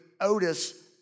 Otis